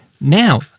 Now